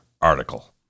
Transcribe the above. Article